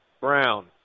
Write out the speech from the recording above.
Brown